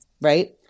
right